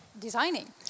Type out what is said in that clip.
designing